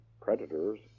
predators